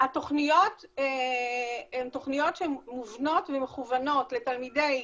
התוכניות הן תוכניות מובנות ומכוונות לתלמידי